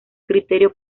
criterio